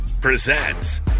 presents